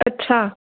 ਅੱਛਾ